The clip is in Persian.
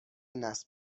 نصب